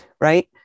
right